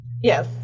yes